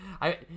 I-